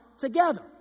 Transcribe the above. ...together